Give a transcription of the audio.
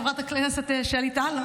חברת הכנסת שלי טל.